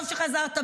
טוב שחזרת,